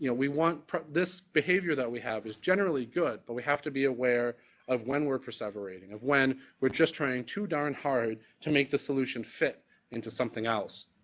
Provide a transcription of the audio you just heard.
yeah we want this behavior that we have is generally good but we have to be aware of when we're perseverating, of when we're just trying too darn hard to make this solution fit into something else.